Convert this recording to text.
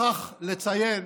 שכח לציין